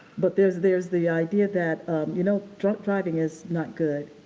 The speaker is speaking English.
but there's there's the idea that you know drunk driving is not good,